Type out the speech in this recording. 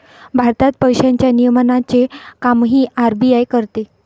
भारतात पैशांच्या नियमनाचे कामही आर.बी.आय करते